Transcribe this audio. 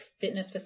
fitness